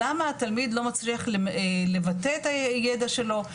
למה התלמיד לא מצליח לבטא את הידע שלו,